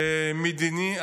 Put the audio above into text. מדיני,